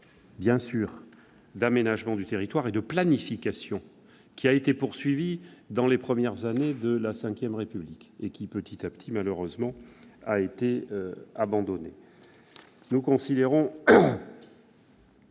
une période d'aménagement du territoire et de planification, qui ont été poursuivis dans les premières années de la V République, mais qui petit à petit, malheureusement, ont été abandonnés. Nous considérons